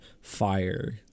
fire